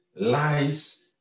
Lies